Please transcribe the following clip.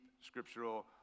scriptural